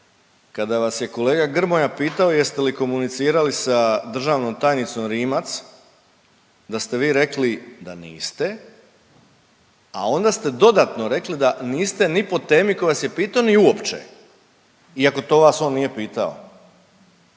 kada vas je kolega Grmoja pitao jeste li komunicirali sa državnom tajnicom Rimac, da ste vi rekli da niste, a onda ste dodatno rekli da niste ni po temi koju vas je pitao ni uopće iako to vas on nije pitao.